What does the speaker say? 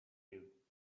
you